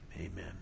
amen